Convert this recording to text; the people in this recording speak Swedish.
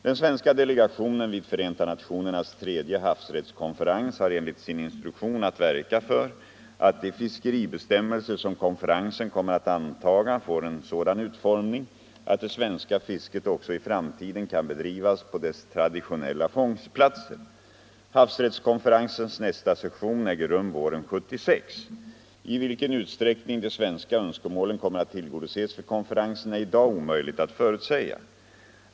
Den svenska delegationen vid Förenta nationernas tredje havsrättskonferens har enligt sin instruktion att verka för att de fiskeribestämmelser som konferenser kommer att antaga får en sådan utformning att det svenska fisket också i framtiden kan bedrivas på dess traditionella fångstplatser. Havsrättskonferensens nästa session äger rum våren 1976. I vilken utsträckning de svenska önskemålen kommer att tillgodoses vid konferensen är i dag omöjligt att förutsäga.